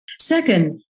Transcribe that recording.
Second